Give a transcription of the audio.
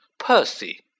Percy